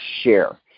share